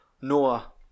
Noah